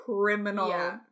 criminal